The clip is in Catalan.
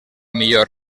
millor